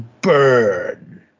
burn